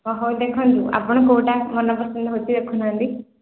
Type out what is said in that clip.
ହଁ ହଉ ଦେଖନ୍ତୁ ଆପଣ କେଉଁଟା ମନ ପସନ୍ଦ ହେଉଛି ଦେଖୁନାହାଁନ୍ତି